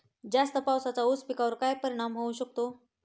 जास्त पावसाचा ऊस पिकावर काय परिणाम होऊ शकतो?